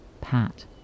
Pat